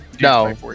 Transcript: no